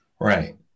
Right